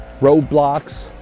roadblocks